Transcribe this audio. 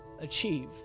achieve